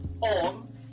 on